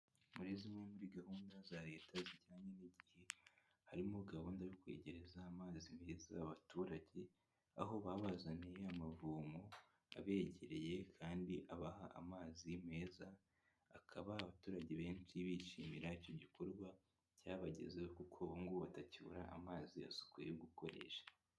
Muri zimwe muri gahunda za leta zijyanye n'igihe, harimo gahunda yo kwegereza amazi meza abaturage, aho babazaniye amavomo abegereye kandi abaha amazi meza, akaba abaturage benshi bishimira icyo gikorwa cyabagezeho kuko ubu ngubu batakibura amazi asukuye yo gukoresha.